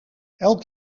elk